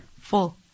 full